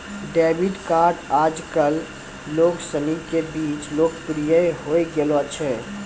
debit card आजकल लोग सनी के बीच लोकप्रिय होए गेलो छै